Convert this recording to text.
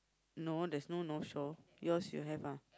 no there's no North Shore yours you have ah